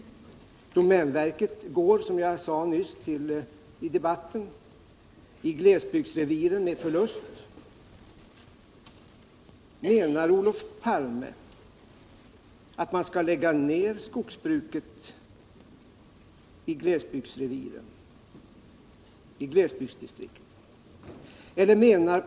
Som jag sade nyss i debatten går domänverket med förlust i glesbygdsreviren. Menar Olof Palme att man skall lägga ned skogsbruket i glesbygdsdistrikten?